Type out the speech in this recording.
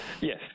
Yes